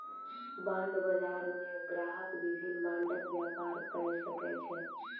bond बजार मे ग्राहक विभिन्न बांडक व्यापार कय सकै छै